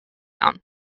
down